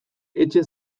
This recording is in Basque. etxe